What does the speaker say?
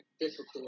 difficult